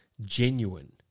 genuine